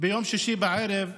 ביום שישי בערב,